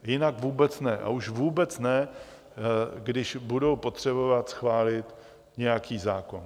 Jinak vůbec ne, a už vůbec ne, když budou potřebovat schválit nějaký zákon.